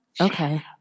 okay